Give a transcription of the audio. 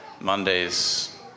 Monday's